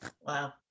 Wow